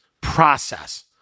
process